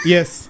Yes